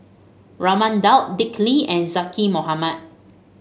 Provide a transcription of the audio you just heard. Raman Daud Dick Lee and Zaqy Mohamad